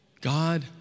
God